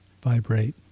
vibrate